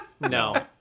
No